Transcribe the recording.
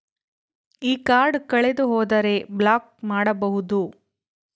ಈ ಕಾರ್ಡ್ ಕಳೆದು ಹೋದರೆ ಬ್ಲಾಕ್ ಮಾಡಬಹುದು?